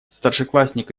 старшеклассник